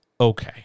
Okay